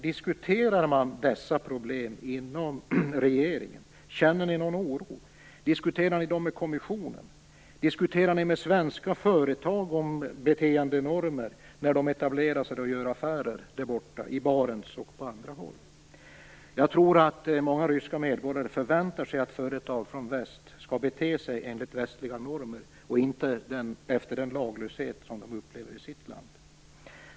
Diskuterar ni problemen med kommissionen? Diskuterar ni beteendenormer med svenska företag när de etablerar sig och gör affärer där borta i Barents och på andra håll? Jag tror att många ryska medborgare förväntar sig att företag från väst skall bete sig enligt västliga normer och inte efter den laglöshet som de upplever i sitt land.